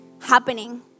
happening